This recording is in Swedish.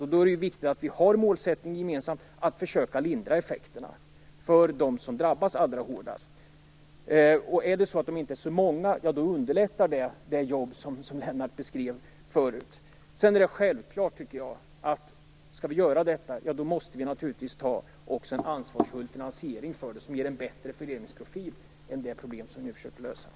Därför är det viktigt att vi har den gemensamma målsättningen att försöka lindra effekterna för dem som drabbas allra hårdast. Om de inte är så många, underlättas det jobb som Lennart beskrev förut. Om vi skall göra detta är det självklart att vi också måste ha en ansvarsfull finansiering som ger en bättre fördelningsprofil än den nuvarande situationen.